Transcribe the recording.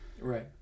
right